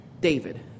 David